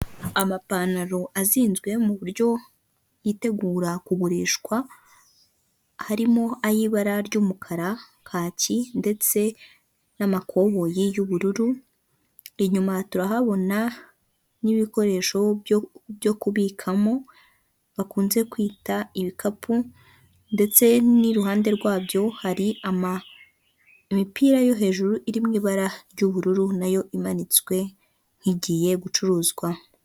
Amapantalo azinzwe mu buryo yitegura kugurishwa, harimo ay' ibara ry'umukara, kaki ndetse n'amakoboyi y'ubururu, inyuma turahabona n'ibikoresho byo kubikamo bakunze kwita ibikapu ndetse n'iruhande rwabyo hari imipira yo hejuru iri m’ ibara ry'ubururu nayo imanitswe nk' igiye gucuruzwa.